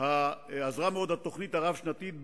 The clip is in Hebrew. מאוד התוכנית הרב-שנתית.